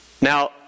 Now